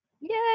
Yay